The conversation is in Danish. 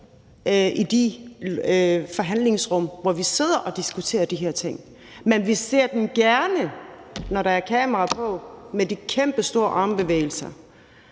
i de forhandlingsrum, hvor vi sidder og diskuterer de her ting, men vi ser dem gerne, når der er kamera på, med kæmpestore armbevægelser.